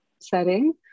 setting